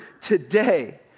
today